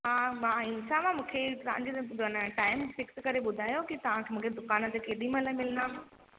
हा मां ईंदीसांव मूंखे तव्हांजे अन टाइम फ़िक्स करे ॿुधायो की तव्हां मूंखे दुकान ते केॾी महिल मिलंदा